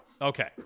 Okay